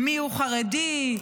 מיהו חרדי,